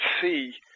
see